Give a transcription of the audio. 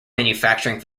manufacturing